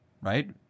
right